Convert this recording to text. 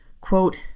quote